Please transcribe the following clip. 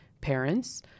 parents